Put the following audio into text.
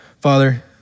Father